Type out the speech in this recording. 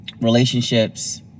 relationships